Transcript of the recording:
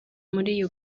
muri